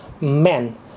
men